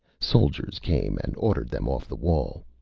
soldiers came and ordered them off the wall.